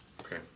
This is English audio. Okay